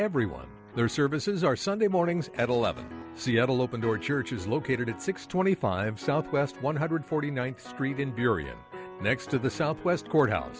everyone their services are sunday mornings at eleven seattle open door church is located at six twenty five south west one hundred forty ninth street in bierria next to the southwest courthouse